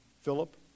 Philip